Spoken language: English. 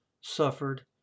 suffered